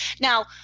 Now